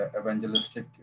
evangelistic